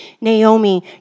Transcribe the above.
Naomi